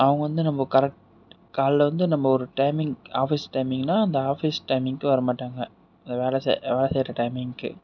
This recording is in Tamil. அவங்க வந்து நம்ப கரெக்ட் காலைல வந்து நம்ப ஒரு டைமிங் ஆஃபிஸ் டைமிங்னா அந்த ஆஃபிஸ் டைமிங்க்கு வரமாட்டாங்க அந்த வேலை அந்த வேலை செய்யற டைமிங்க்கு